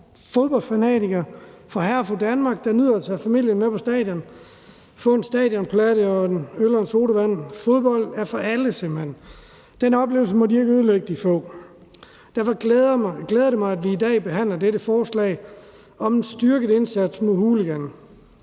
fodboldfanatiker og for hr. og fru Danmark, der nyder at tage familien med på stadion og få en stadionplatte og en øl og en sodavand. Fodbold er simpelt hen for alle. Den oplevelse må de få ikke ødelægge. Derfor glæder det mig, at vi i dag behandler dette forslag om en styrket indsats mod hooligans.